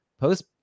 post